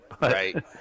Right